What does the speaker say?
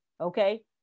okay